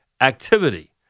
activity